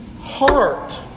heart